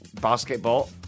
Basketball